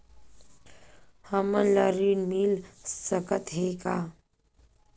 हमन ला ऋण मिल सकत हे का?